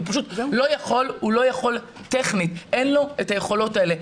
הוא לא יכול טכנית ,אין לו את היכולות האלה.